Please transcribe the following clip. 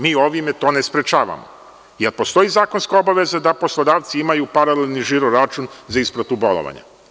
Mi ovim to ne sprečavamo, jel postoji zakonska obaveza da poslodavci imaju paralelni žiro račun za isplatu bolovanja?